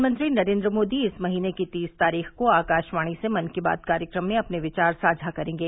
प्रधानमंत्री नरेन्द्र मोदी इस महीने की तीस तारीख को आकाशवाणी से मन की बात कार्यक्रम में अपने विचार साझा करेंगे